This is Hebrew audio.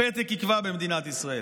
הפתק יקבע במדינת ישראל.